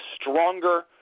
stronger